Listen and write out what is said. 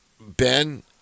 Ben